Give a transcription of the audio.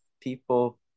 people